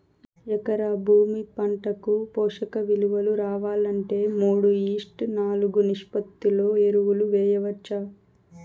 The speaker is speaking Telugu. ఎకరా భూమి పంటకు పోషక విలువలు రావాలంటే మూడు ఈష్ట్ నాలుగు నిష్పత్తిలో ఎరువులు వేయచ్చా?